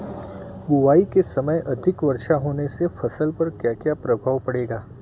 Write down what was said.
बुआई के समय अधिक वर्षा होने से फसल पर क्या क्या प्रभाव पड़ेगा?